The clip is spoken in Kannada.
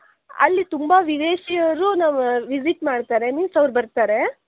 ಅಲ್ಲಿ ತುಂಬ ವಿದೇಶಿಯರು ನಾವ್ ವಿಸಿಟ್ ಮಾಡ್ತಾರೆ ಮೀನ್ಸ್ ಅವರು ಬರ್ತಾರೆ